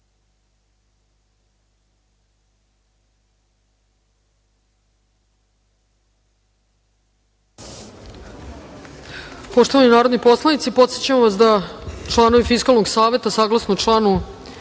Poštovani narodni poslanici, podsećam vas da članovi Fiskalnog saveta, saglasno članu